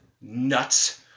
nuts